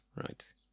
Right